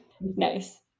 nice